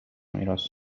میراث